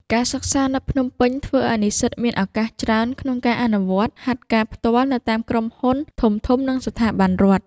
ការសិក្សានៅភ្នំពេញធ្វើឱ្យនិស្សិតមានឱកាសច្រើនក្នុងការអនុវត្តហាត់ការផ្ទាល់នៅតាមក្រុមហ៊ុនធំៗ និងស្ថាប័នរដ្ឋ។